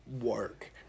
work